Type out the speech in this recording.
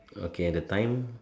okay the time